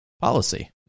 policy